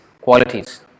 qualities